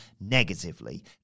negatively